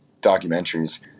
documentaries